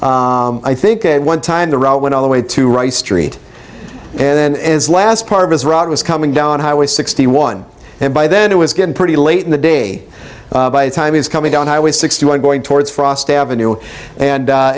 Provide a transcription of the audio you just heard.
to i think at one time the route went all the way to right street and then as last part of his route was coming down highway sixty one and by then it was getting pretty late in the day by the time is coming down highway sixty one going towards frost avenue and